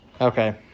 okay